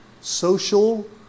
social